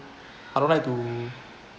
I don't like to